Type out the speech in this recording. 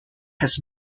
has